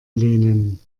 lehnen